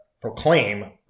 proclaim